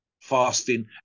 fasting